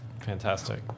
Fantastic